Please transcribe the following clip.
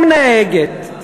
גם נהגת,